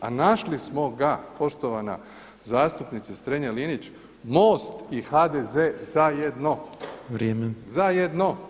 A našli smo ga poštovana zastupnice Strenja-Linić MOST i HDZ zajedno, zajedno.